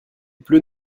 pleut